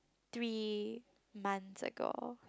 three months ago